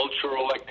cultural